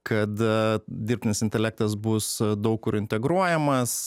kad a dirbtinis intelektas bus daug kur integruojamas